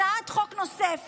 הצעת חוק נוספת,